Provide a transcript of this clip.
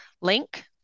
link